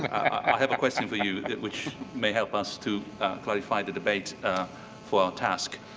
i have a question for you, which may help us to clarify the debate for our task.